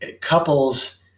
couples